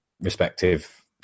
respective